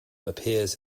appears